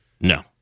No